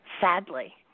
Sadly